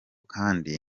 kandi